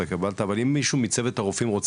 אבל אם מישהו מצוות הרופאים,